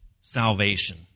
salvation